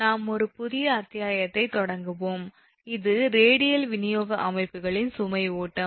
நாம் ஒரு புதிய அத்தியாயத்தைத் தொடங்குவோம் இது ரேடியல் விநியோக அமைப்புகளின் சுமை ஓட்டம்